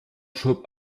schob